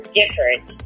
different